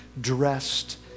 dressed